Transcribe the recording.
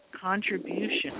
contribution